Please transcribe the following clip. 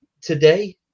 today